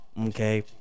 okay